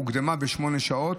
הוקדמה בשמונה שעות,